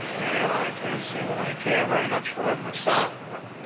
and i can't say that i care very much for it myself, but